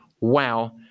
wow